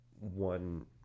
one